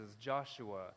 Joshua